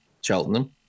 Cheltenham